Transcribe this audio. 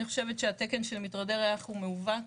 אני חושבת שהתקן של מטרדי ריח הוא מעוות.